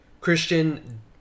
Christian